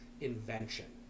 invention